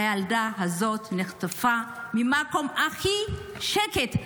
הילדה הזאת נחטפה מהמקום הכי שקט,